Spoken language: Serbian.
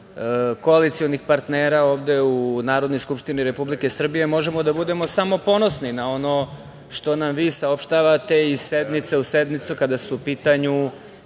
koalicionih partnera ovde u Narodnoj skupštini Republike Srbije možemo da budemo samo ponosni na ono što nam vi saopštavate iz sednice u sednicu kada su u pitanju